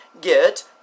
get